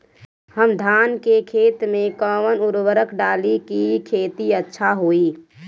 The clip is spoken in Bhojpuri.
हम धान के खेत में कवन उर्वरक डाली कि खेती अच्छा होई?